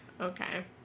Okay